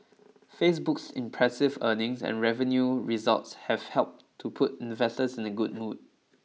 Facebook's impressive earnings and revenue results have helped to put investors in the good mood